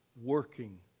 working